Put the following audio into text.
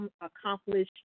accomplish